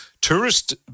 tourist